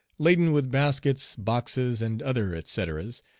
laden with baskets, boxes, and other et ceteras,